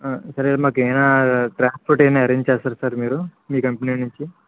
సరే మాకు ఏమైన ట్రాన్స్పోర్ట్ ఏమైన అరేంజ్ చేస్తారా సార్ మీరు మీ కంపెనీ నుంచి